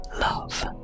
Love